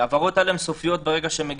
העברות האלה הן סופיות ברגע שהן מגיעות.